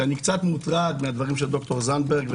שאני קצת מוטרד מהדברים של איל זנדברג.